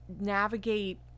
navigate